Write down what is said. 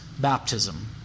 baptism